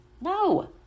No